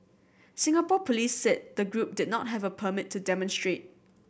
Singapore police said the group did not have a permit to demonstrate